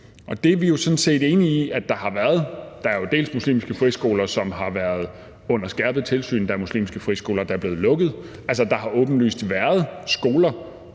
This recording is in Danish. at vi jo sådan set er enige i, at det har der været. Der er jo bl.a. muslimske friskoler, som har været under skærpet tilsyn, og der er muslimske friskoler, der er blevet lukket. Altså, der har åbenlyst været skoler,